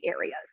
areas